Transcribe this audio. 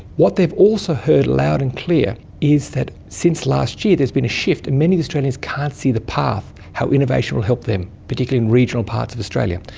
what they've also heard loud and clear is that since last year there's been a shift and many australians can't see the path, how innovation innovation will help them, particularly in regional parts of australia.